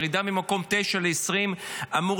ירידה ממקום תשיעי למקום 20 אמורה